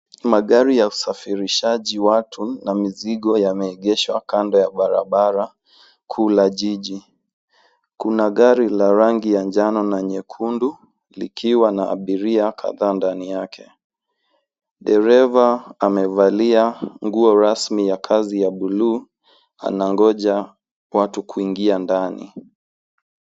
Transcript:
Magari ya usafirishaji watu na mizigo yameegeshwa kando ya barabara kuu la jiji. Kuna gari la rangi ya njano na nyekundu likiwa na abiria kadhaa ndani yake. Dereva amevalia nguo rasmi ya kazi ya buluu. Anangoja watu kuingia ndani.